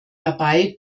dabei